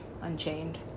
Unchained